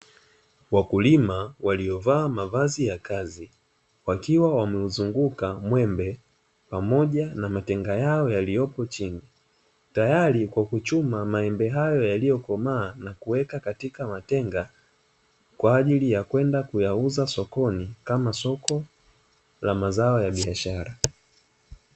Wakulima waliovaa mavazi ya kazi, wakiwa wameuzunguka mwembe pamoja na matenga yao yaliyopo chini, tayari kwa kuchuma maembe hayo yaliyokomaa na kuweka katika matenga, kwa ajili ya kwenda kuyauza sokoni kama soko ka mazao ya biashara.